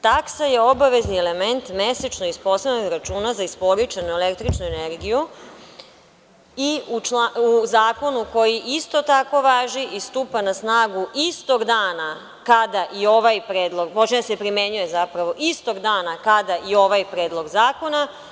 Taksa je obavezni element mesečno ispostavljenog računa za isporučenu električnu energiju i u zakonu koji isto tako važi i stupa na snagu istog dana kada i ovaj predlog, može da se primenjuje zapravo istog dana kada i ovaj predlog zakona.